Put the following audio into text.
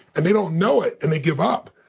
and they don't know it. and they give up.